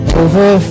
over